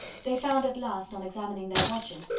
they found at last, on examining their watches,